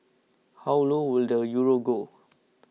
how low will the Euro go